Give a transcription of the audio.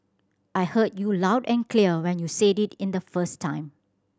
I heard you loud and clear when you said it the first time